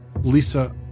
Lisa